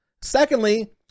Secondly